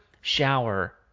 shower